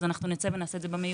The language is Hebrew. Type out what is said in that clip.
אנחנו נעשה את הז.